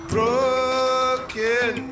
Broken